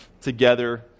together